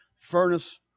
furnace